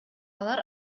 алар